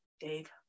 Dave